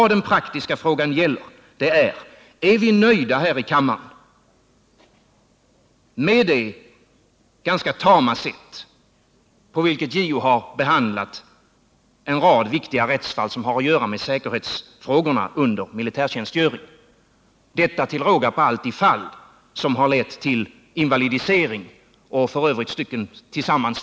Den praktiska frågan gäller: Är vi nöjda här i kammaren med det ganska tama sätt på vilket JO har behandlat en rad viktiga rättsfall som har att göra med frågorna om säkerheten under militärtjänstgöring, till råga på allt fall som har lett till invalidisering och f. ö. fyra dödsfall?